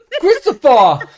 Christopher